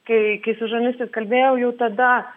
kai kai su žurnalistais kalbėjau jau tada